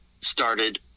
started